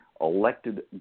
elected